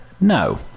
No